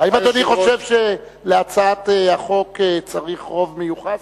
האם אדוני חושב שלהצעת החוק צריך רוב מיוחס?